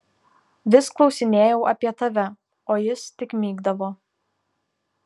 vis klausinėjau apie tave o jis tik mykdavo